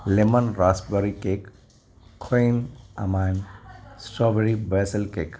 lemon raspberry केकु cream अमायम strawberry basil cake